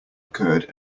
occurred